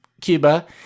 Cuba